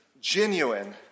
genuine